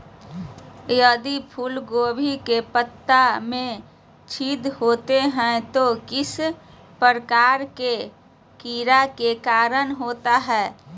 यदि फूलगोभी के पत्ता में छिद्र होता है तो किस प्रकार के कीड़ा के कारण होता है?